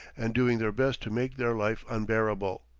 and doing their best to make their life unbearable,